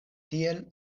tiel